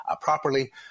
properly